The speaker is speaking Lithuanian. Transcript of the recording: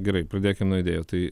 gerai pradėkim nuo idėjų tai